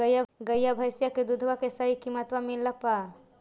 गईया भैसिया के दूधबा के सही किमतबा मिल पा?